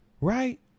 right